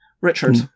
Richard